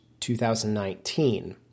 2019